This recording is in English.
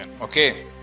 Okay